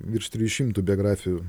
virš trijų šimtų biografijų